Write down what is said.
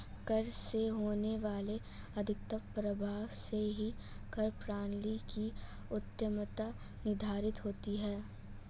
कर से होने वाले आर्थिक प्रभाव से ही कर प्रणाली की उत्तमत्ता निर्धारित होती है